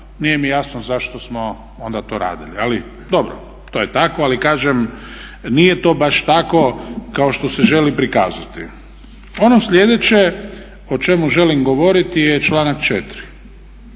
nije mi jasno zašto smo onda to radili? Ali dobro to je tako ali kažem nije to baš tako kao što se želi prikazati. Ono slijedeće o čemu želim govoriti je članak 4.